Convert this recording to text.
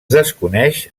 desconeix